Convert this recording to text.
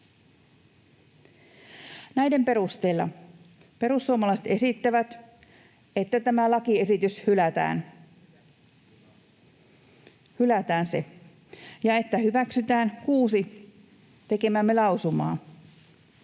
Näiden perusteella perussuomalaiset esittävät, että tämä lakiesitys hylätään — se hylätään — ja että hyväksytään kuusi tekemäämme lausumaa.